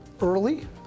early